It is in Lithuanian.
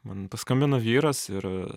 man paskambino vyras ir